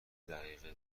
دقیقه